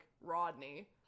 Rodney